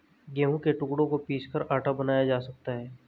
गेहूं के टुकड़ों को पीसकर आटा बनाया जा सकता है